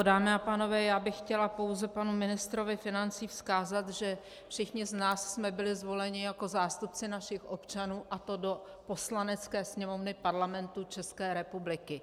Dámy a pánové, chtěla bych pouze panu ministrovi financí vzkázat, že všichni z nás jsme byli zvoleni jako zástupci našich občanů, a to do Poslanecké sněmovny Parlamentu České republiky.